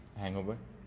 hangover